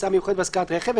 הסעה מיוחדת והשכרת רכב,